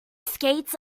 skates